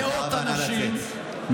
נא לצאת.